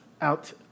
out